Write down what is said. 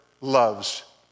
loves